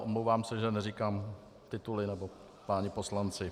Omlouvám se, že neříkám tituly nebo páni poslanci.